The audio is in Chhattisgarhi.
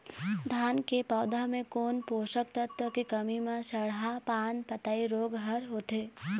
धान के पौधा मे कोन पोषक तत्व के कमी म सड़हा पान पतई रोग हर होथे?